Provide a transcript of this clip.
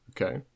okay